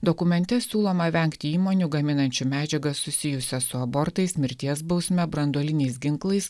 dokumente siūloma vengti įmonių gaminančių medžiagas susijusias su abortais mirties bausme branduoliniais ginklais